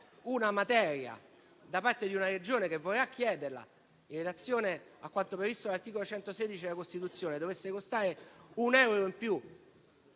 una materia da parte di una Regione che vorrà chiederla, in relazione a quanto previsto dall'articolo 116 della Costituzione, dovesse costare un euro in più